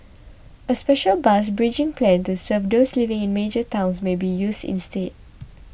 a special bus bridging plan to serve those living in major towns may be used instead